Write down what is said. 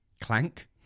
Clank